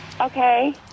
Okay